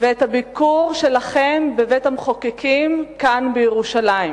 ואת הביקור שלכם בבית-המחוקקים כאן, בירושלים,